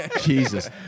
Jesus